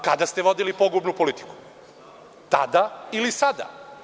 Kada ste vodili pogubnu politiku, tada ili sada?